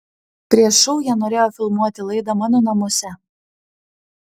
prieš šou jie norėjo filmuoti laidą mano namuose